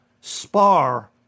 spar